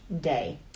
day